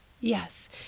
Yes